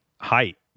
height